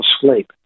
sleep